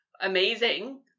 amazing